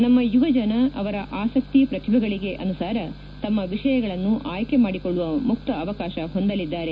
ನಮ್ನ ಯುವ ಜನ ಅವರ ಆಸಕ್ತಿ ಪ್ರತಿಭೆಗಳಿಗೆ ಅನುಸಾರ ತಮ್ನ ವಿಷಯಗಳನ್ನು ಆಯ್ಲೆ ಮಾಡಿಕೊಳ್ಳುವ ಮುಕ್ತ ಅವಕಾಶ ಹೊಂದಲಿದ್ದಾರೆ